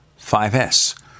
5S